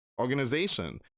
organization